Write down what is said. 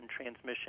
transmission